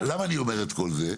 למה אני אומר את כל זה?